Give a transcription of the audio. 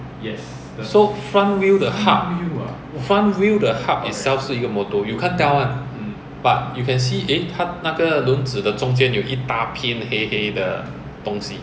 so front wheel the hub front wheel the hub itself 是一个 motor you can't tell [one] but you can see eh 它那个轮子的中间有一大片黑黑的东西